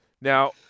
Now